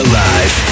Alive